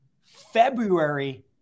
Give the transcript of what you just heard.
February